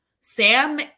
Sam